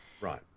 Right